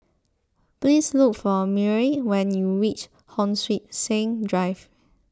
please look for Myrl when you reach Hon Sui Sen Drive